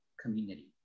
community